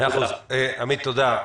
עמית, תודה.